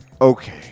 Okay